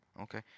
Okay